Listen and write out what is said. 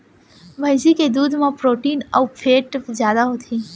भईंस के दूद म प्रोटीन अउ फैट जादा होथे